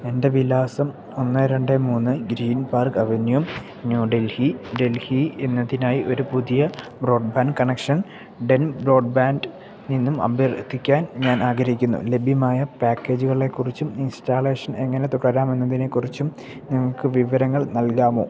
എൻ്റെ വിലാസം ഒന്നേ രണ്ടേ മൂന്നേ green park avenue New Delhi Delhi എന്നതിനായി ഒരു പുതിയ ബ്രോഡ്ബാൻഡ് കണക്ഷൻ ഡെൻ ബ്രോഡ്ബാൻഡ് നിന്നും അഭ്യർത്ഥിക്കുവാൻ ഞാൻ ആഗ്രഹിക്കുന്നു ലഭ്യമായ പാക്കേജുകളെ കുറിച്ചും ഇൻസ്റ്റാളേഷൻ എങ്ങനെ തുടരാം എന്നതിനെ കുറിച്ചും നിങ്ങൾക്ക് വിവരങ്ങൾ നൽകാമോ